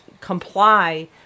comply